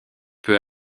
peu